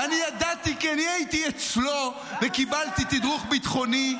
ואני ידעתי כי אני הייתי אצלו וקיבלתי תדרוך ביטחוני,